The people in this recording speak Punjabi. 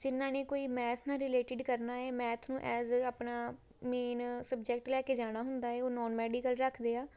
ਜਿਨ੍ਹਾਂ ਨੇ ਕੋਈ ਮੈਥ ਨਾਲ ਰਿਲੇਟਿਡ ਕਰਨਾ ਹੈ ਮੈਥ ਨੂੰ ਐਜ ਏ ਆਪਣਾ ਮੇਨ ਸਬਜੈਕਟ ਲੈ ਕੇ ਜਾਣਾ ਹੁੰਦਾ ਹੈ ਉਹ ਨੋਨ ਮੈਡੀਕਲ ਰੱਖਦੇ ਆ